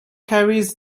carries